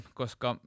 koska